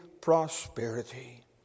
prosperity